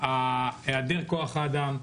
היעדר כוח האדם,